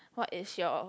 what is your